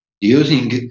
using